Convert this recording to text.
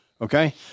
Okay